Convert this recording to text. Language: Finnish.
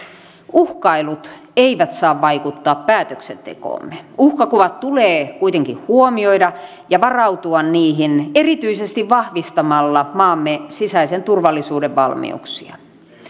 uhkailut eivät saa vaikuttaa päätöksentekoomme uhkakuvat tulee kuitenkin huomioida ja varautua niihin erityisesti vahvistamalla maamme sisäisen turvallisuuden valmiuksia